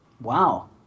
Wow